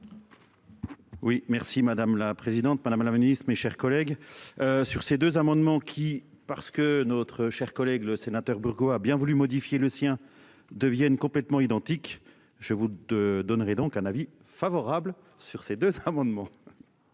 Oui merci madame la présidente Madame la Ministre, mes chers collègues. Sur ces deux amendements qui parce que notre chère collègue le sénateur Burgos a bien voulu modifier le sien deviennent complètement identiques, je vous deux donnerai donc un avis favorable sur ces deux amendements.